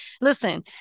Listen